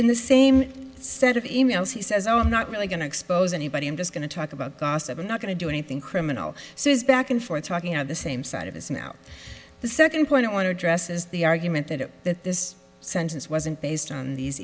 in the same set of emails he says oh i'm not really going to expose anybody i'm just going to talk about gossip i'm not going to do anything criminal so he's back and forth talking out the same side of his now the second point i want to address is the argument that it that this sentence wasn't based on these